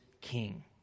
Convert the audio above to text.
king